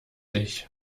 ich